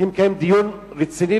לכזב הזה?